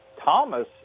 Thomas